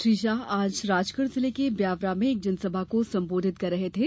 श्री शाह आज राजगढ़ जिले के ब्यावरा में एक जनसभा को संबोधित कर रहे थे